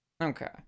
Okay